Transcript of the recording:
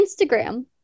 Instagram